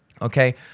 Okay